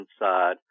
inside